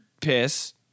piss